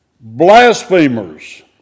blasphemers